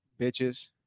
bitches